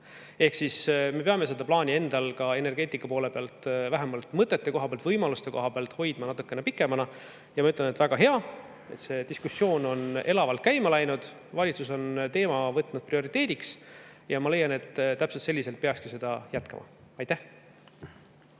Ehk siis me peame seda plaani endal ka energeetika poole pealt – vähemalt mõtete ja võimaluste koha pealt – hoidma natukene pikemana. Ma ütlen, et väga hea, et see diskussioon on elavalt käima läinud ja valitsus on teema võtnud prioriteediks, ning ma leian, et täpselt selliselt peakski jätkama. Aitäh!